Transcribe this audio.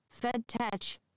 FedTech